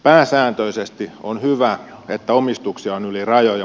pääsääntöisesti on hyvä että omistuksia on yli rajojen